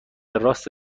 راست